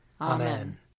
Amen